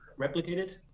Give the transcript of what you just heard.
replicated